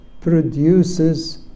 produces